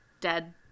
dead